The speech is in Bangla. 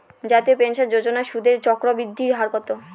জাতীয় পেনশন যোজনার সুদের চক্রবৃদ্ধি হার কত?